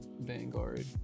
Vanguard